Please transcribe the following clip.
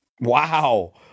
Wow